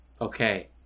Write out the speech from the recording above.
Okay